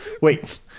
wait